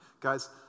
Guys